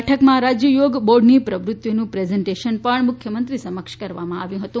બેઠકમાં રાજ્ય યોગ બોર્ડની પ્રવૃત્તિઓનું પ્રેઝન્ટેશન પણ મુખ્યમંત્રીશ્રી સમક્ષ કરવામાં આવ્યું હતું